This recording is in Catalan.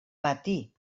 matí